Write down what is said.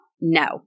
No